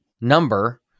number